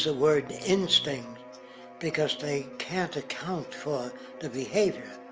so word instinct because they can't account for the behavior.